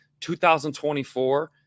2024